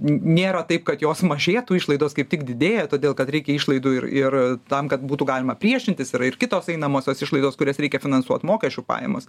nėra taip kad jos mažėtų išlaidos kaip tik didėja todėl kad reikia išlaidų ir ir tam kad būtų galima priešintis yra ir kitos einamosios išlaidos kurias reikia finansuot mokesčių pajamos